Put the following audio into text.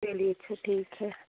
चलिए अच्छा ठीक है